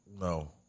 No